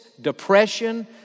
depression